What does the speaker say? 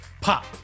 Pop